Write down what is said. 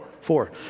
Four